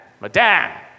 Madame